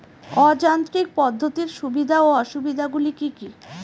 অযান্ত্রিক পদ্ধতির সুবিধা ও অসুবিধা গুলি কি কি?